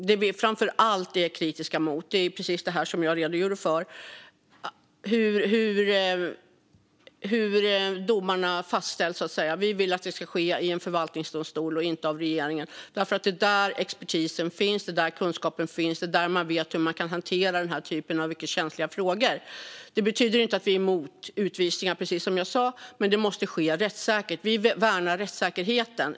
Det vi framför allt är kritiska mot är precis det som jag redogjorde för, det vill säga hur domarna fastställs. Vi vill att det ska ske i en förvaltningsdomstol och att det inte ska göras av regeringen. Det är i förvaltningsdomstolarna expertisen och kunskapen finns. Där vet man hur den sortens mycket känsliga frågor ska hanteras. Det betyder inte att vi är emot utvisningar, precis som jag sa. Men det måste ske rättssäkert. Vi värnar rättssäkerheten.